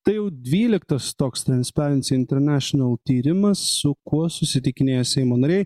tai jau dvyliktas toks trancperins internešinal tyrimas su kuo susitikinėja seimo nariai